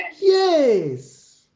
Yes